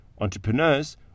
entrepreneurs